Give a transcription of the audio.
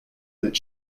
that